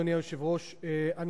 אדוני היושב-ראש, תודה.